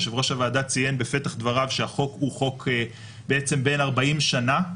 יושב-ראש הוועדה ציין בפתח דבריו שהחוק הוא חוק בן 40 שנה,